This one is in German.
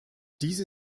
diese